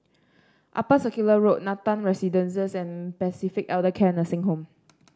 Upper Circular Road Nathan Residences and Pacific Elder Care Nursing Home